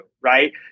right